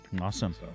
Awesome